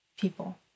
people